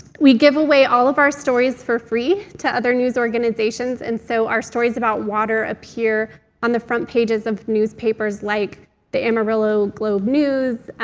we give away all of our stories for free to other news organizations, and so our stories about water appear on the front pages of newspapers like the amarillo globe news.